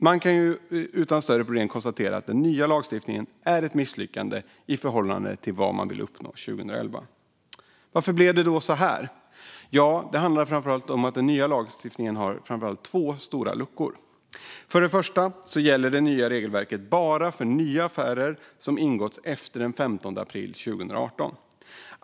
Man kan utan större problem konstatera att den nya lagstiftningen är ett misslyckande i förhållande till vad man ville uppnå 2011. Varför blev det då så här? Det handlar framför allt om att den nya lagstiftningen har två stora luckor. Den första luckan är att det nya regelverket bara gäller för nya affärer som ingåtts efter den 15 april 2018.